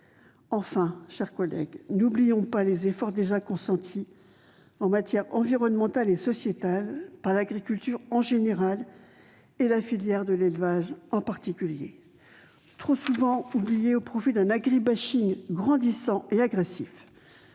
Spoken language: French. Enfin, chers collègues, n'oublions pas les efforts déjà consentis en matière environnementale et sociétale par l'agriculture en général et l'élevage en particulier, efforts trop souvent oubliés au profit d'un agribashing grandissant et agressif.